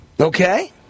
Okay